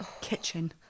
kitchen